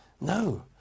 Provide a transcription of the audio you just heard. No